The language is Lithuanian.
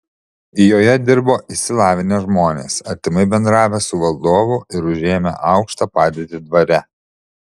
joje dirbo išsilavinę žmonės artimai bendravę su valdovu ir užėmę aukštą padėtį dvare